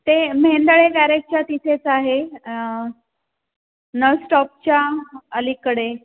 ते मेहेंदळे गॅरेजच्या तिथेच आहे नळ स्टॉपच्या अलीकडे